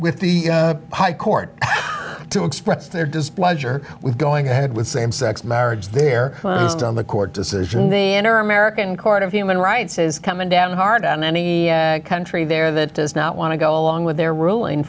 with the high court to express their displeasure with going ahead with same sex marriage they're on the court decision the enter american court of human rights is coming down hard on any egg country there that does not want to go along with their ruling